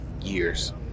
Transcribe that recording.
years